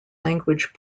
language